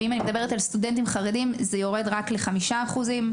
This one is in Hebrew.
ובשיעור הסטודנטים החרדים זה יורד רק ל-5%.